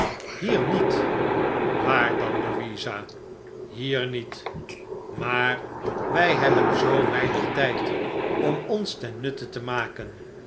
hier niet waar dan louisa hier niet maar wij hebben zoo weinig tijd om ons ten nutte te maken